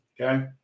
Okay